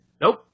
Nope